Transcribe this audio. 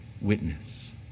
witness